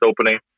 opening